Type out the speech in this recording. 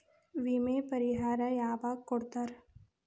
ವಿಮೆ ಪರಿಹಾರ ಯಾವಾಗ್ ಕೊಡ್ತಾರ?